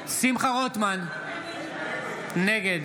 רוטמן, נגד